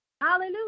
Hallelujah